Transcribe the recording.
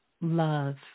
love